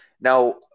Now